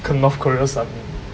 跟 north korea suddenly